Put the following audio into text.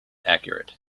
accurate